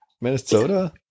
Minnesota